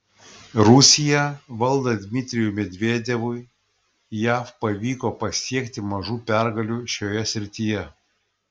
rusiją valdant dmitrijui medvedevui jav pavyko pasiekti mažų pergalių šioje srityje